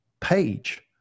page